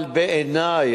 אבל בעיני,